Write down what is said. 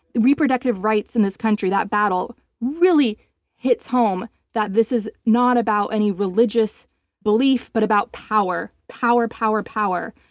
reproductive rights in this country, that battle really hits home that this is not about any religious belief, but about power. power, power, power.